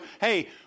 hey